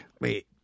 Wait